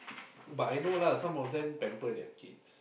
but I know lah some of them pamper their kids